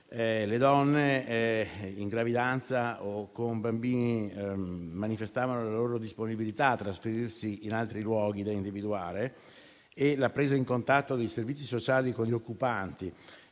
le donne in gravidanza o con bambini manifestavano la loro disponibilità a trasferirsi in altri luoghi da individuare e la presa di contatto dei servizi sociali con gli occupanti